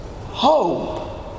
Hope